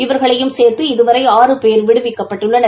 இவர்களையும் சேர்த்து இதுவரை ஆறு பேர் விடுவிக்கப்பட்டுள்ளனர்